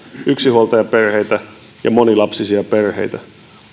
yksinhuoltajaperheitä ja monilapsisia perheitä